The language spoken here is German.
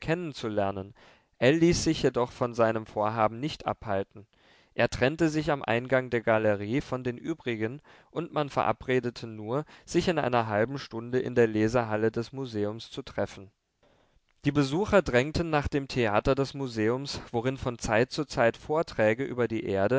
ell ließ sich jedoch von seinem vorhaben nicht abhalten er trennte sich am eingang der galerie von den übrigen und man verabredete nur sich in einer halben stunde in der lesehalle des museums zu treffen die besucher drängten nach dem theater des museums worin von zeit zu zeit vorträge über die erde